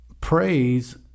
praise